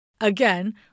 Again